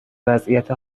وضعیت